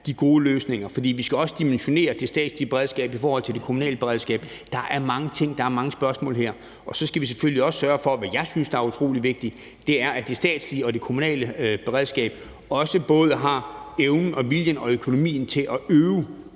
de gode løsninger, for vi skal også dimensionere det statslige beredskab i forhold til det kommunale beredskab. Der er mange ting, der er mange spørgsmål her, og så skal vi selvfølgelig også sørge for, hvad jeg synes der er utrolig vigtigt, at det statslige og det kommunale beredskab også både har evnen og viljen og økonomien til at øve